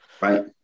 right